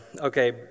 okay